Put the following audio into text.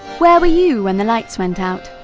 where were you when the lights went out?